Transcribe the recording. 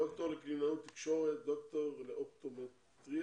דוקטור לקלינאות תקשורת, דוקטור לאופטומטריסטיה.